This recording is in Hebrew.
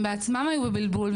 הם בעצמם היו בבלבול.